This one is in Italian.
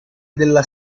della